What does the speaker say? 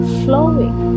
flowing